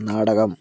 നാടകം